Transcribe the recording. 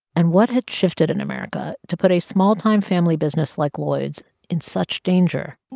and what had shifted in america to put a small-time family business like lloyd's in such danger?